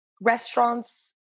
restaurants